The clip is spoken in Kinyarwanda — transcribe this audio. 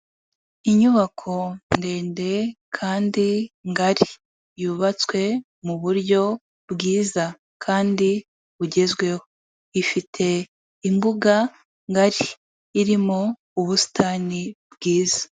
Inyubako ndende kandi ngari yubatswe muburyo bwiza kandi bugezweho, ifite imbuga ngari irimo ubusitani bwiza.